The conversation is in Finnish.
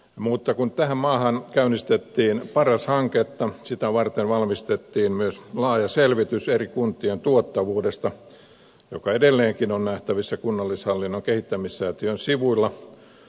mutta kun tähän maahan käynnistettiin paras hanketta sitä varten valmistettiin myös laaja selvitys eri kuntien tuottavuudesta joka edelleenkin on nähtävissä kunnallishallinnon kehittämissäätiön sivuilla